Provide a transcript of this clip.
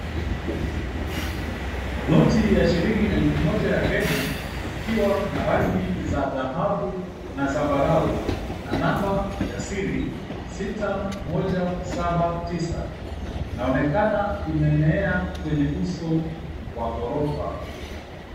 Noti ya shilingi elfu moja ya Kenya ikiwa na rangi za dhahabu na zambarau na namba ya siri 6179, inaonekana imeenea kwenye uso wa ghorofa.